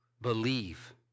Believe